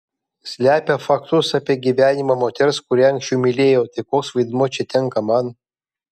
slepia faktus apie gyvenimą moters kurią anksčiau mylėjo tai koks vaidmuo čia tenka man